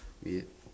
ya